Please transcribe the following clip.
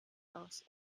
aus